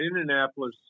Indianapolis